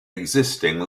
existing